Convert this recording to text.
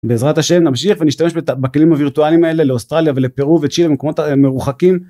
בעזרת השם נמשיך ונשתמש בכלים הווירטואליים האלה לאוסטרליה ולפרו וצ'ילה, למקומות מרוחקים